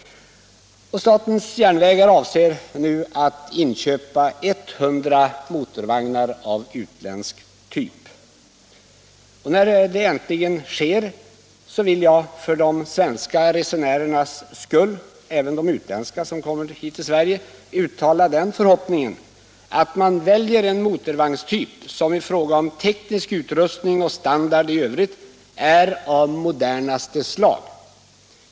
Statens järnvägar avser nu att inköpa 100 motorvagnar av utländsk typ. När detta äntligen sker, vill jag för de svenska resenärernas skull — även för de utländska som kommer till Sverige — uttala den förhoppningen att man väljer en motorvagnstyp som i fråga om teknisk utrustning och standard i övrigt är av modernaste slag.